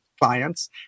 clients